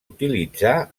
utilitzà